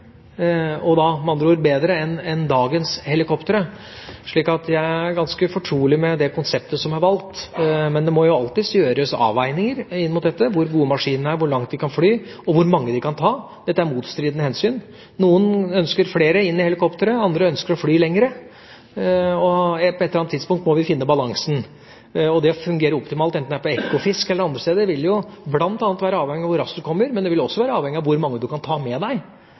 og lenger, med andre ord bedre enn dagens helikoptre. Så jeg er ganske fortrolig med det konseptet som er valgt, men det må alltid gjøres avveininger opp mot dette – hvor gode maskinene er, hvor langt de kan fly, og hvor mange personer de kan ta. Dette er motstridende hensyn. Noen ønsker flere inn i helikoptrene, andre ønsker å fly lenger, og på et eller annet tidspunkt må vi finne balansen. Om det fungerer optimalt, enten det er på Ekofisk eller andre steder, vil jo bl.a. være avhengig av hvor raskt man kommer, men det vil også være avhengig av hvor mange man kan ta med